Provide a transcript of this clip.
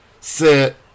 sit